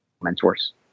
mentors